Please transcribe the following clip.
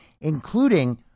including